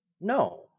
no